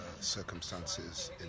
circumstances